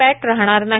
पॅट राहणार नाही